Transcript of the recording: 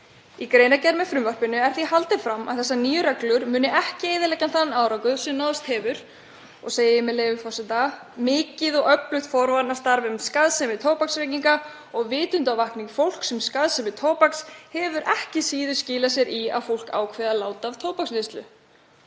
Í greinargerð með frumvarpinu er því haldið fram að þessar nýju reglur muni ekki eyðileggja þann árangur sem náðst hefur og segir, með leyfi forseta: „Mikið og öflugt forvarnastarf um skaðsemi tóbaksreykinga og vitundarvakning fólks um skaðsemi tóbaks hefur ekki síður skilað sér í að fólk ákveði að láta af tóbaksneyslu.“